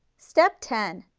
step ten,